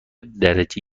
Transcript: درجه